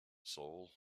soul